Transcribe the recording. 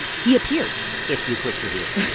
he appears if you click your heels